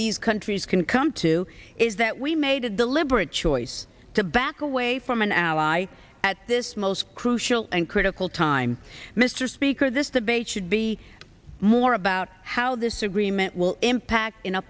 these countries can come to is that we made a deliberate choice to back away from an ally at this most crucial and critical time mr speaker this debate should be more about how this agreement will impact in a